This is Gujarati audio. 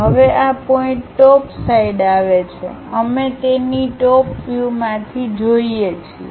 હવે આ પોઇન્ટ ટોપ સાઈડ આવે છે અમે તેની ટોપ વ્યૂ માંથી જોઈએ છીએ